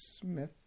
Smith